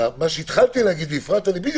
מה שהתחלתי להגיד הוא שכאשר נדבר